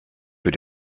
für